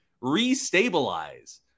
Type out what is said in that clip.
re-stabilize